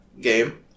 game